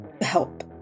help